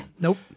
Nope